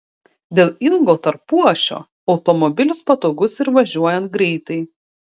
dėl ilgo tarpuašio automobilis patogus ir važiuojant greitai